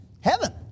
Heaven